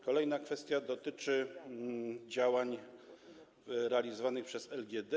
Kolejna kwestia dotyczy działań realizowanych przez LGD.